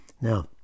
Now